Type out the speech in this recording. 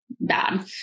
bad